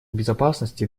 безопасности